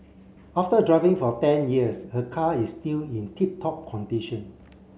after driving for ten years her car is still in tip top condition